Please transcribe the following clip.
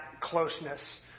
closeness